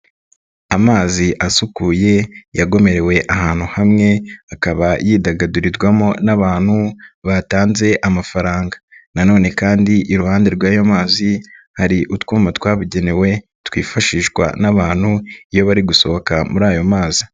Amazi asukuye yagomerewe ahantu hamwe akaba yidagadurirwamo n'abantu batanze amafaranga. Nanone kandi iruhande rw'ayo mazi hari utwuma twabugenewe twifashishwa n'abantu, iyo bari gusohoka muri ayo mazi.